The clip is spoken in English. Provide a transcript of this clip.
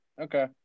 okay